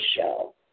show